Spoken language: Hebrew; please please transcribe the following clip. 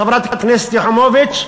חברת הכנסת יחימוביץ,